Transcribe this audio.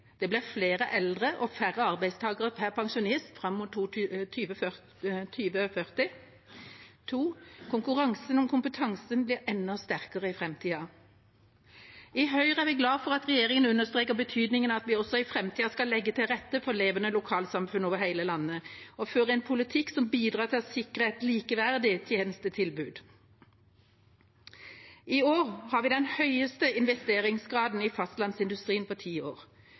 Nylig ble regjeringas distriktsmelding lagt fram, en melding som peker på to alvorlige trender: Det blir flere eldre og færre arbeidstagere per pensjonist fram mot 2040. Konkurransen om kompetansen blir enda sterkere i framtida. I Høyre er vi glade for at regjeringa understreker betydningen av at vi også i framtida skal legge til rette for levende lokalsamfunn over hele landet og føre en politikk som bidrar til å sikre et likeverdig tjenestetilbud. I år har vi den høyeste investeringsgraden i fastlandsindustrien på ti år.